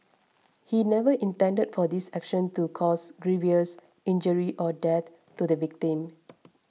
he never intended for this action to cause grievous injury or death to the victim